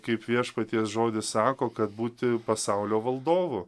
kaip viešpaties žodis sako kad būti pasaulio valdovu